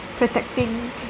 Protecting